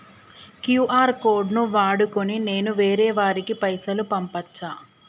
QR code ను వాడుకొని నేను వేరే వారికి పైసలు పంపచ్చా?